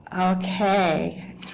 Okay